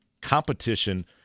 competition